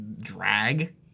drag